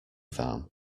farm